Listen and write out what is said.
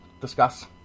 discuss